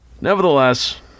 nevertheless